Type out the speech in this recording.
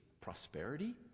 Prosperity